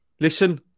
Listen